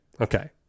Okay